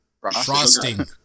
Frosting